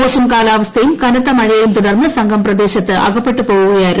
മോശം കാലാവസ്ഥയും കനത്ത മഴയേയും തുടർന്ന് സംഘം പ്രദേശത്ത് അകപ്പെട്ട് പോകുകയായിരുന്നു